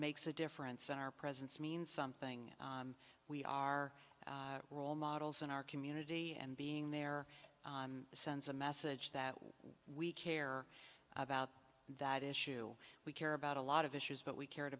makes a difference in our presence means something we are role models in our community and being there sends a message that we care about that issue we care about a lot of issues but we cared